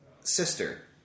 sister